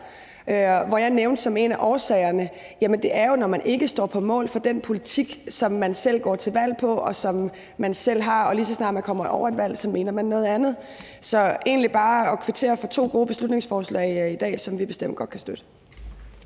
hvor jeg som en af årsagerne nævnte, at det jo er, når man ikke står på mål for den politik, som man selv går til valg på, og som man selv har, og lige så snart man kommer over et valg, mener man så noget andet. Så jeg vil egentlig bare kvittere for to gode beslutningsforslag i dag, som vi bestemt godt kan støtte.